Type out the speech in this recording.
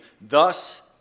thus